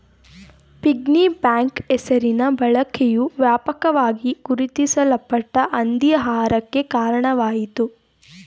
piggy bank ಹೆಸರಿನ ಬಳಕೆಯು ವ್ಯಾಪಕವಾಗಿ ಗುರುತಿಸಲ್ಪಟ್ಟ ಹಂದಿ ಆಕಾರಕ್ಕೆ ಕಾರಣವಾಯಿತು